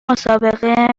مسابقه